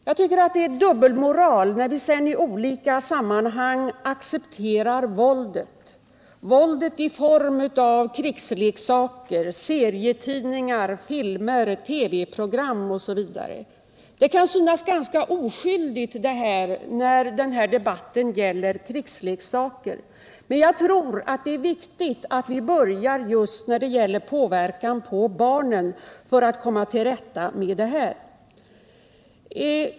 Jag tycker att det är dubbelmoral när vi sedan i olika sammanhang accepterar våldet i form av krigsleksaker, serietidningar, filmer, TV-program OSV. Detta kan synas ganska oskyldigt när debatten gäller krigsleksaker. Men jag tror att det är viktigt att vi börjar just när det gäller påverkan på barnen för att komma till rätta med problemen.